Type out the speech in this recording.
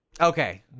Okay